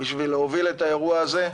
בשביל להוביל את האירוע הזה,